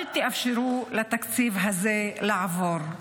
אל תאפשרו לתקציב הזה לעבור.